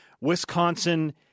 Wisconsin